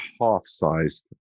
half-sized